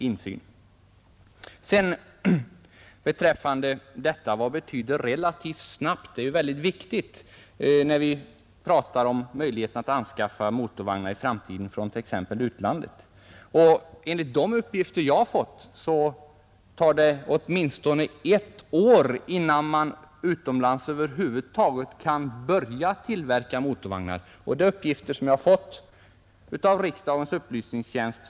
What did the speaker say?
Än en gång: Vad betyder ”relativt snabbt”? Det är väldigt viktigt, när vi talar om möjligheten att anskaffa motorvagnar i framtiden, även om de måste köpas från utlandet. Enligt de uppgifter jag har fått tar det åtminstone ett år innan man utomlands över huvud taget kan börja tillverka motorvagnar — dessa uppgifter har lämnats mig från SJ genom riksdagens upplysningstjänst.